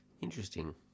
Interesting